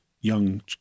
young